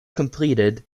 completed